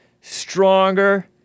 stronger